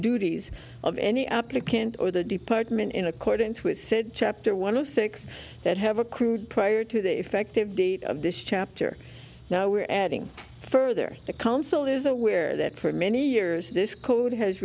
duties of any applicant or the department in accordance with said chapter one who six that have accrued prior to the effective date of this chapter now we're adding further the council is aware that for many years this code has